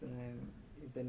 mm